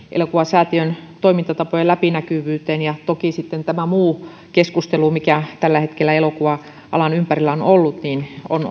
elokuvasäätiön toimintatapojen läpinäkyvyyteen liittyvä ja toki sitten tämä muu keskustelu mikä tällä hetkellä elokuva alan ympärillä on ollut on